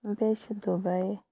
بیٚیہِ چھُ دُبیۍ